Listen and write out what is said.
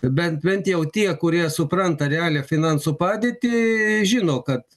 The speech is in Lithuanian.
bent bent jau tie kurie supranta realią finansų padėtį žino kad